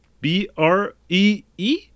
B-R-E-E